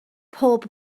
pob